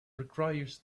requires